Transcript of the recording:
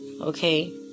Okay